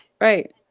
right